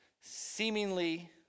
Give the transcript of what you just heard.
Seemingly